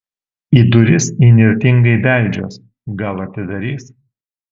į duris įnirtingai beldžiuos gal atidarys